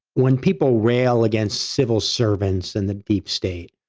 when people rail against civil servants and the deep state,